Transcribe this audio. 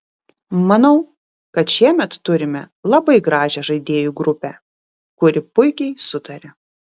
manau kad šiemet turime labai gražią žaidėjų grupę kuri puikiai sutaria